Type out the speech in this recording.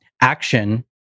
action